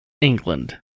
England